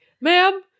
ma'am